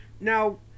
Now